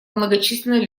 многочисленная